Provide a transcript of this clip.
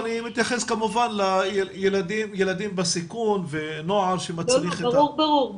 אני מתייחס כמובן לילדים בסיכון ונוער שמצריך --- ברור.